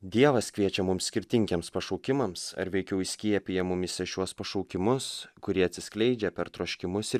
dievas kviečia mums skirtingiems pašaukimams ar veikiau įskiepija mumyse šiuos pašaukimus kurie atsiskleidžia per troškimus ir